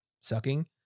sucking